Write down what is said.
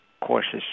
courses